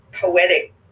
poetic